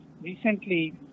recently